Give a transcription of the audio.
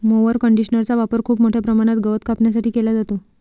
mower कंडिशनरचा वापर खूप मोठ्या प्रमाणात गवत कापण्यासाठी केला जातो